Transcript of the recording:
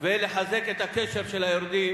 ולחזק את הקשר של היורדים